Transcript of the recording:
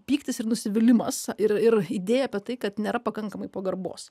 pyktis ir nusivylimas ir ir idėja apie tai kad nėra pakankamai pagarbos